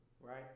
Right